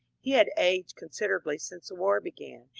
he had aged considerably since the war began,